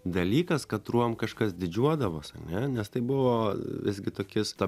dalykas katruom kažkas didžiuodavos ane nes tai buvo visgi tokis ta